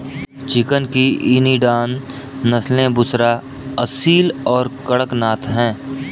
chicken की Indian नस्लें बुसरा, असील और कड़कनाथ हैं